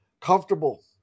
comfortable